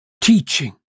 teaching